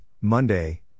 Monday